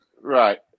Right